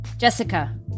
Jessica